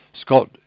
scott